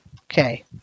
Okay